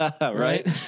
right